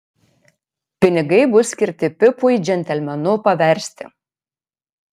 pinigai bus skirti pipui džentelmenu paversti